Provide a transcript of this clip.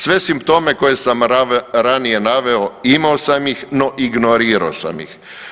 Sve simptome koje sam ranije naveo imao sam ih no ignorirao sam ih.